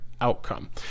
outcome